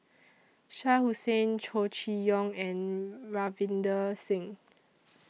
Shah Hussain Chow Chee Yong and Ravinder Singh